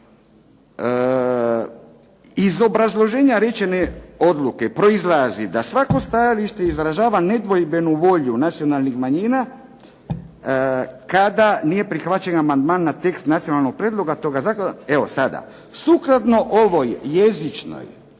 „Iz obrazloženja rečene odluke, proizlazi, da svako stajalište izražava nedvojbenu volju nacionalnih manjina kada nije prihvaćen amandman na tekst nacionalnog prijedloga toga zakona“, evo sada, „sukladno ovoj jezičnoj,